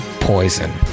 poison